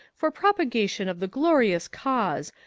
for propagation of the glorious cause,